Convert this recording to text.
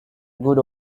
good